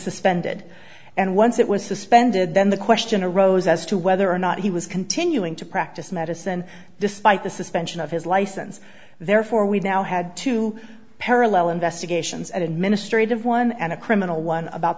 suspect ended and once it was suspended then the question arose as to whether or not he was continuing to practice medicine despite the suspension of his license therefore we've now had two parallel investigations an administrative one and a criminal one about